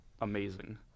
amazing